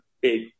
big